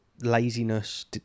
laziness